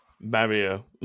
Mario